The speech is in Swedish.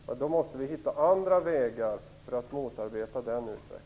Vi måste hitta andra vägar för att motarbeta den utvecklingen.